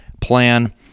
plan